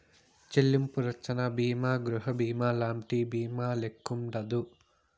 చెల్లింపు రచ్చన బీమా గృహబీమాలంటి బీమాల్లెక్కుండదు